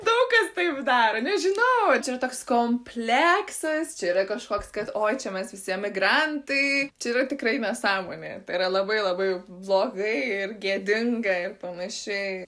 daug kas taip daro nežinau ar čia yra toks kompleksas čia yra kažkoks kad oi čia mes visi emigrantai čia yra tikrai nesąmonė tai yra labai labai blogai ir gėdinga ir panašiai